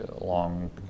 long